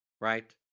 right